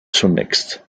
zunächst